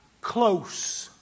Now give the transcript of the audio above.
close